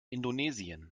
indonesien